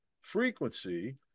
frequency